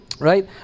right